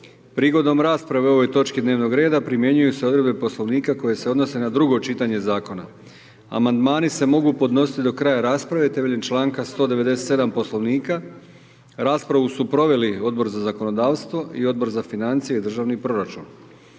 Prigodom rasprave o ovoj točki dnevnog reda, primjenjuju se odredbe poslovnika koje se odnose na drugo čitanje zakona. Amandmani se mogu podnositi do kraja rasprave, temeljem čl. 197. Poslovnika, raspravu su proveli Odbor za zakonodavstvo i Odbor za financije i državni proračun.